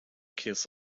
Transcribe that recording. kiss